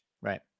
Right